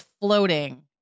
floating